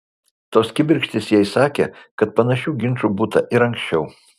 tos kibirkštys jai sakė kad panašių ginčų būta ir anksčiau